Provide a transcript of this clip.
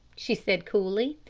she said coolly.